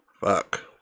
Fuck